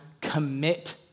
commit